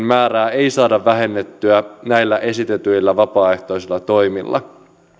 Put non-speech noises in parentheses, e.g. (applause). (unintelligible) määrää ei saada vähennettyä näillä esitetyillä vapaaehtoisilla toimilla